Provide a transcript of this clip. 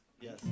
Yes